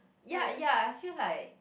ya ya I feel like